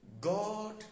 God